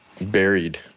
buried